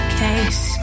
case